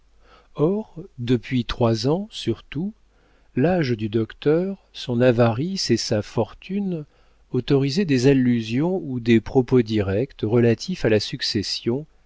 or depuis trois ans surtout l'âge du docteur son avarice et sa fortune autorisaient des allusions ou des propos directs relatifs à la succession